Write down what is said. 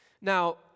Now